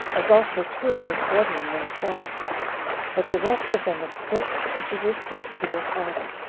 as also two of his brethren themselves but the rest of them escaped to jerusalem to their father.